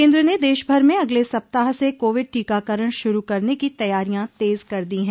केन्द्र ने देश भर में अगले सप्ताह से कोविड टीकाकरण शुरू करने की तैयारियां तेज कर दी हैं